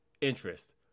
interest